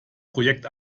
projekt